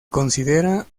considera